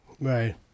Right